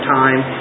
time